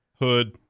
hood